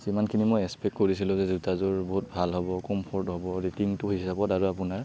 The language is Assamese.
যিমানখিনি মই এক্সপেক্ট কৰিছিলোঁ যে জোতাযোৰ বহুত ভাল হ'ব কমফৰ্ট হ'ব ৰেটিংটো হিচাপত আৰু আপোনাৰ